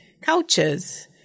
cultures